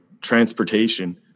transportation